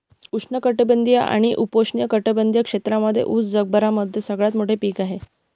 उष्ण कटिबंधीय आणि उपोष्ण कटिबंधीय क्षेत्रांमध्ये उस जगभरामध्ये सगळ्यात मोठे पीक आहे